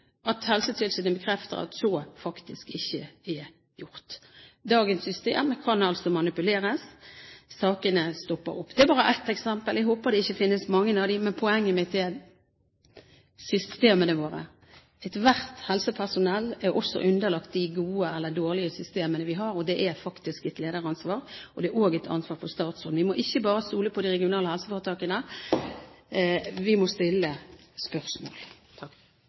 at Helsetilsynet bekrefter at så faktisk ikke er gjort. Dagens system kan altså manipuleres. Sakene stopper opp. Det var bare ett eksempel. Jeg håper det ikke finnes mange av dem. Poenget mitt er systemene våre. Alt helsepersonell er også underlagt de gode eller dårlige systemene vi har. Det er faktisk et lederansvar, og det er også et ansvar for statsråden. Vi må ikke bare stole på de regionale helseforetakene, vi må stille spørsmål.